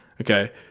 Okay